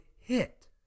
hit